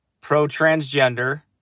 pro-transgender